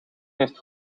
heeft